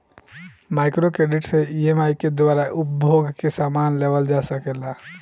micro credit से EMI के द्वारा उपभोग के समान लेवल जा सकेला